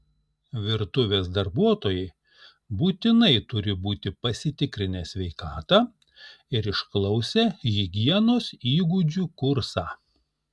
virtuvės darbuotojai būtinai turi būti pasitikrinę sveikatą ir išklausę higienos įgūdžių kursą